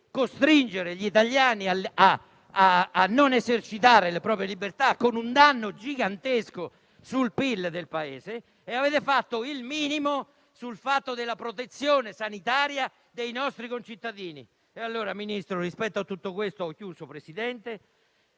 costringere gli italiani a non esercitare le proprie libertà con un danno gigantesco sul PIL del Paese e il minimo rispetto alla protezione sanitaria dei nostri concittadini. In conclusione, Ministro, rispetto a tutto questo, le suggerisco che